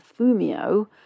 Fumio